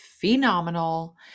phenomenal